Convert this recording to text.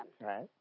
Right